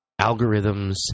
algorithms